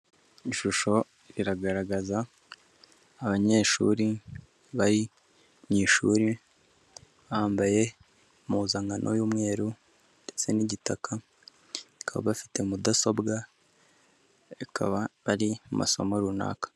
Ishusho iragaragaza abanyeshuri bari mu ishuri, bambaye impuzankano y'umweru ndetse n'igitaka, bakaba bafite mudasobwa, bakaba bari mu masomo runaka.